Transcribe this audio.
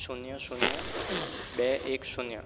શૂન્ય શૂન્ય બે એક શૂન્ય